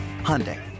Hyundai